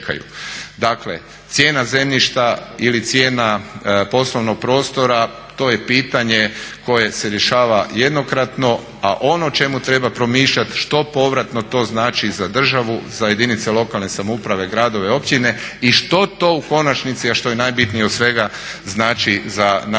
Dakle, cijena zemljišta ili cijena poslovnog prostora to je pitanje koje se rješava jednokratno, a ono o čemu treba promišljati što povratno to znači za državu, za jedinice lokalne samouprave, gradove, općine i što to u konačnici, a što je najbitnije od svega znači za naše